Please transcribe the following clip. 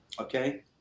okay